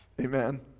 Amen